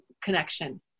connection